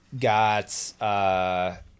got